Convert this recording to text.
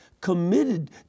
committed